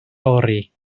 fory